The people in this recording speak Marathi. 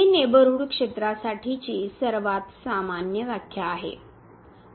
ही नेबरहूड क्षेत्रासाठीची सर्वात सामान्य व्याख्या आहे